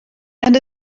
and